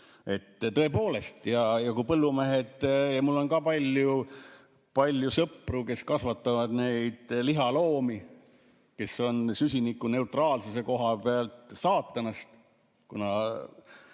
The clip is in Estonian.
Tõepoolest, ja mul on ka palju sõpru, kes kasvatavad neid lihaloomi, kes on süsinikuneutraalsuse koha pealt saatanast, kuna